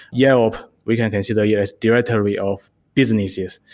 yelp, we consider yeah as directory of businesses.